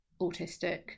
autistic